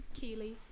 Keely